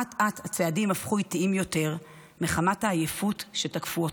אט-אט הצעדים הפכו איטיים יותר מחמת העייפות שתקפה אותה,